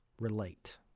relate